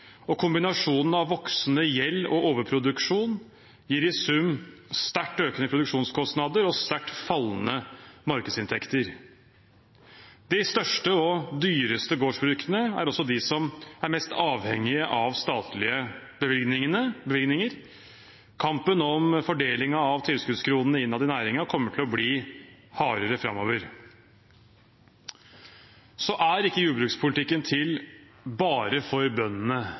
og kombinasjonen av voksende gjeld og overproduksjon gir i sum sterkt økende produksjonskostnader og sterkt fallende markedsinntekter. De største og dyreste gårdsproduktene er også de som er mest avhengig av statlige bevilgninger. Kampen om fordeling av tilskuddskronene innad i næringen kommer til å bli hardere framover. Jordbrukspolitikken er ikke til bare for bøndene.